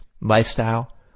lifestyle